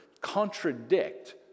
contradict